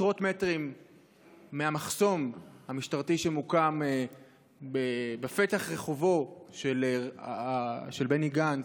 עשרות מטרים מהמחסום המשטרתי שהוקם בפתח רחובו של בני גנץ,